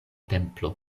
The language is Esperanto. templo